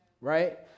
right